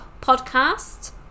Podcast